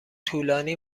طولانی